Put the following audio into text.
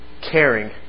caring